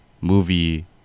movie